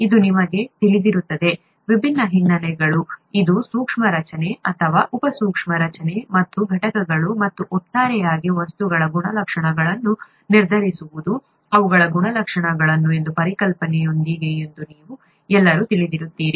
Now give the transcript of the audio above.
ಇದು ನಿಮಗೆ ತಿಳಿದಿರುತ್ತದೆ ವಿಭಿನ್ನ ಹಿನ್ನೆಲೆಗಳು ಇದು ಸೂಕ್ಷ್ಮ ರಚನೆ ಅಥವಾ ಉಪ ಸೂಕ್ಷ್ಮ ರಚನೆ ಮತ್ತು ಘಟಕಗಳು ಮತ್ತು ಒಟ್ಟಾರೆಯಾಗಿ ವಸ್ತುಗಳ ಗುಣಲಕ್ಷಣಗಳನ್ನು ನಿರ್ಧರಿಸುವುದು ಅವುಗಳ ಗುಣಲಕ್ಷಣಗಳು ಎಂಬ ಪರಿಕಲ್ಪನೆಯೊಂದಿಗೆ ಎಂದು ನೀವು ಎಲ್ಲರೂ ತಿಳಿದಿರುತ್ತೀರಿ